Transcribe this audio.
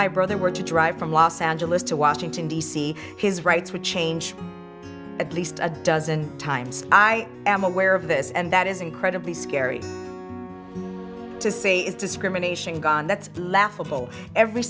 my brother were to drive from los angeles to washington d c his rights would change at least a dozen times i am aware of this and that is incredibly scary to see is discrimination gone that's laughable every